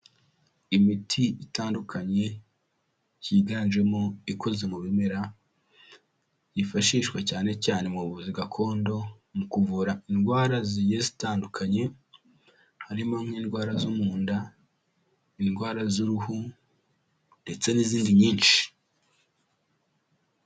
Imiti itandukanye yiganjemo ikoze mu bimera hifashishwa cyane cyane mu buvuzi gakondo, mu kuvura indwara zigiye zitandukanye, harimo nk'indwara zo mu nda, indwara z'uruhu ndetse n'izindi nyinshi.